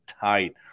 tight